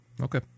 okay